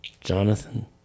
Jonathan